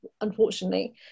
unfortunately